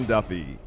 Duffy